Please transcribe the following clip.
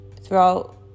throughout